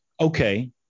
Okay